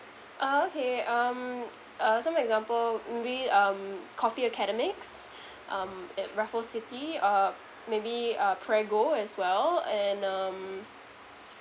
uh okay um uh so example maybe um coffee academics um at raffles city uh maybe uh prego as well and um